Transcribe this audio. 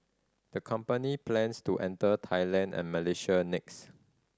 the company plans to enter Thailand and Malaysia next